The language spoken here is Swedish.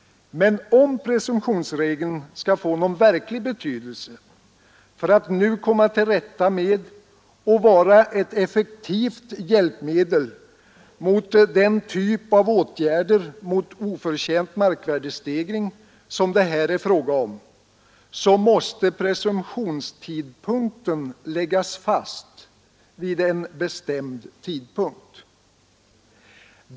Om presumtionsregeln skall få någon verklig betydelse när det gäller att nu komma till rätta med och vara ett verkligt effektivt medel mot den typ av oförtjänt markvärdestegring som det här är fråga om, måste presumtionstidpunkten läggas fast vid en bestämd tidpunkt.